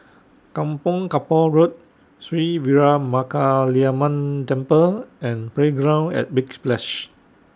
Kampong Kapor Road Sri Veeramakaliamman Temple and Playground At Big Splash